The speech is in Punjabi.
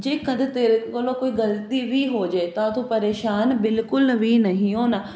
ਜੇ ਕਦੇ ਤੇਰੇ ਕੋਲੋਂ ਕੋਈ ਗਲਤੀ ਵੀ ਹੋ ਜੇ ਤਾਂ ਤੂੰ ਪਰੇਸ਼ਾਨ ਬਿਲਕੁਲ ਵੀ ਨਹੀਂ ਹੋਣਾ